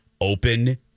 Open